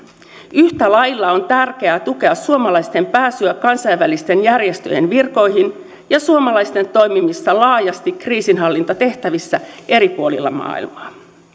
yhtä lailla on tärkeää tukea suomalaisten pääsyä kansainvälisten järjestöjen virkoihin ja suomalaisten toimimista laajasti kriisinhallintatehtävissä eri puolilla maailmaa